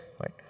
right